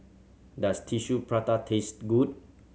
does Tissue Prata taste good